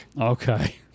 okay